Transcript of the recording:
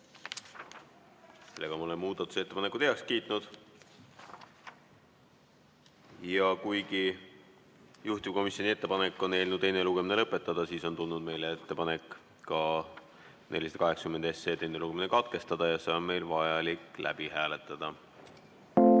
Seega me oleme muudatusettepanekud heaks kiitnud. Ja kuigi juhtivkomisjoni ettepanek on eelnõu teine lugemine lõpetada, on tulnud meile ettepanek 480 SE teine lugemine katkestada ja see on meil vaja läbi hääletada.